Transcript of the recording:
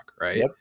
Right